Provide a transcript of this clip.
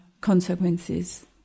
consequences